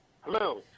Hello